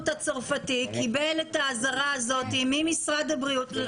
הצרפתי קיבל את האזהרה הזאת ממשרד הבריאות כאן.